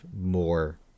more